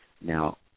Now